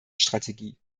strategie